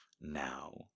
Now